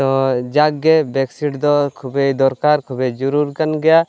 ᱛᱚ ᱡᱟᱠᱜᱮ ᱵᱮᱠᱥᱤᱴᱫᱚ ᱠᱷᱩᱵᱽᱤ ᱫᱚᱨᱠᱟᱨ ᱠᱷᱩᱵᱽᱤ ᱡᱚᱨᱩᱨᱠᱟᱱ ᱜᱮᱭᱟ